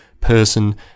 person